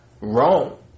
wrong